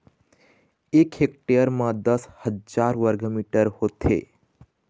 एक हेक्टेयर म दस हजार वर्ग मीटर होथे